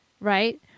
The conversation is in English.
Right